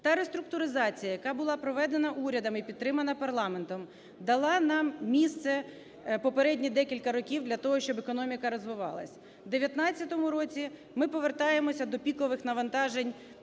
Та реструктуризація, яка була проведена урядом і підтримана парламентом, дала нам місце в попередні декілька років для того, щоб економіка розвивалась. В 2019 році ми повертаємося до пікових навантажень